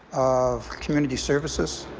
of community services.